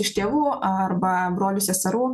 iš tėvų arba brolių seserų